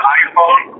iPhone